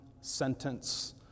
sentence